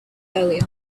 earlier